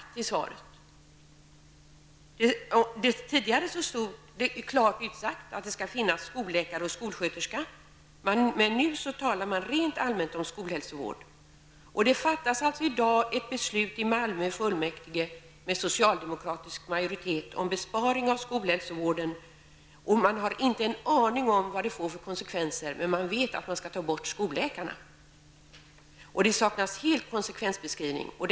Tidigare stod det klart utsagt att det skall finnas skolläkare och skolsköterska, men nu talas det rent allmänt om skolhälsovården. I dag fattas ett beslut i Malmö kommunfullmäktige, med socialdemokratisk majoritet, om besparingar inom skolhälsovården. Man har inte en aning om vad det får för konsekvenser, men man vet att man skall ta bort skolläkarna. Det saknas helt konsekvensbeskrivningar.